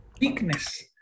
weakness